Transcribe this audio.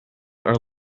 are